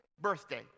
birthday